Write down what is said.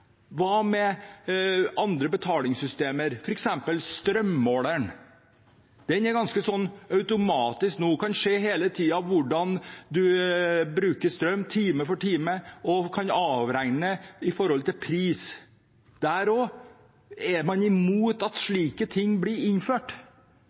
Hva med andre betalingssystemer, f.eks. strømmåleren? Den er ganske automatisk nå. Man kan hele tiden se hvordan man bruker strøm time for time, og man kan avregne opp mot pris. Der er man også imot at